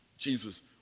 Jesus